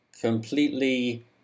completely